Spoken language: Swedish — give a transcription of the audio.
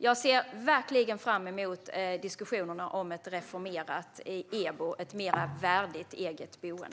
Jag ser verkligen fram emot diskussioner om ett reformerat EBO, ett mer värdigt eget boende.